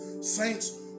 Saints